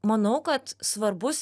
manau kad svarbus